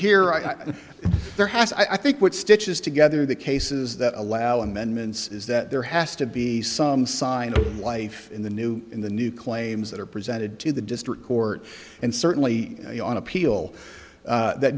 there has i think what stitches together the cases that allow amendments is that there has to be some sign of life in the new in the new claims that are presented to the district court and certainly on appeal that